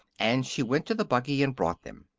and she went to the buggy and brought them.